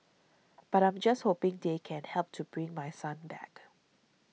but I'm just hoping they can help to bring my son back